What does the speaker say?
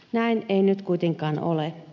näin ei nyt kuitenkaan ole